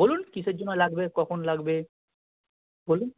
বলুন কীসের জন্য লাগবে কখন লাগবে বলুন